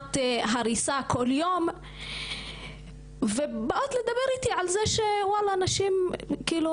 בסכנת הריסה כל יום ובאות לדבר איתי על זה שוואלה נשים כאילו,